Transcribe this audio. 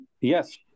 Yes